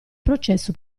processo